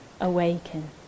awaken